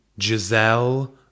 Giselle